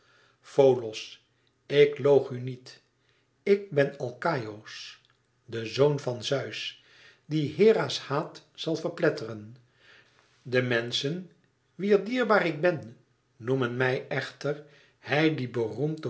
folos ik loog u niet ik ben alkaïos de zoon van zeus dien hera's haat zal verpletteren de menschen wie dierbaar ik ben noemen mij echter hij die